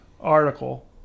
article